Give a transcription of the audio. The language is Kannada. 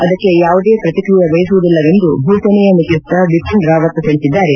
ಅದಕ್ಕೆ ಯಾವುದೇ ಪ್ರತಿಕ್ರಿಯೆ ಬಯಸುವುದಿಲ್ಲವೆಂದು ಭೂಸೇನೆಯ ಮುಖ್ಯಸ್ಥ ಬಿಪಿನ್ ರಾವತ್ ತಿಳಿಸಿದ್ದಾರೆ